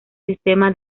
sistema